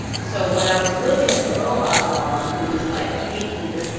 so when i was looking at the robot mom who was, like, making the